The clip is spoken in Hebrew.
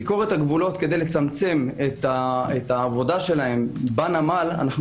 ביקורת הגבולות כדי לצמצם את העבודה שלהם בנמל - אנחנו